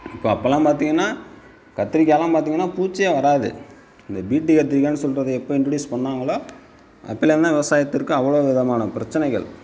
இப்போ அப்பெல்லாம் பார்த்தீங்கன்னா கத்திரிக்காயெலாம் பார்த்தீங்கன்னா பூச்சே வராது இந்த பீட்டு கத்திரிக்காய்னு சொல்வது எப்போ இன்ட்ரொடியூஸ் பண்ணிணாங்களோ அப்பலேருந்து தான் விவசாயத்திற்கு அவ்வளோ விதமான பிரச்சினைகள்